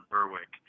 Berwick